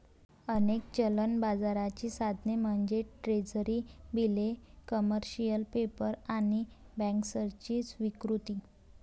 अनेक चलन बाजाराची साधने म्हणजे ट्रेझरी बिले, कमर्शियल पेपर आणि बँकर्सची स्वीकृती